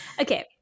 Okay